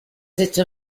hecho